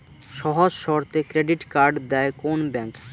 সহজ শর্তে credit card দেয় কোন ব্যাংক?